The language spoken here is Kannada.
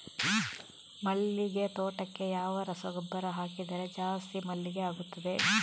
ಮಲ್ಲಿಗೆ ತೋಟಕ್ಕೆ ಯಾವ ರಸಗೊಬ್ಬರ ಹಾಕಿದರೆ ಜಾಸ್ತಿ ಮಲ್ಲಿಗೆ ಆಗುತ್ತದೆ?